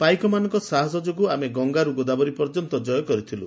ପାଇକ ମାନଙ୍କ ଶାହସ ଯୋଗୁ ଆମେ ଗଙ୍ଙାରୁ ଗୋଦାବରୀ ପର୍ଯ୍ୟନ୍ତ ଜୟ କରିଥିଲୁ